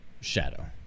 shadow